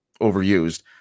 overused